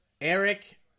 Eric